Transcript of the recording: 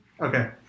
Okay